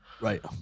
Right